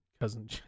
cousin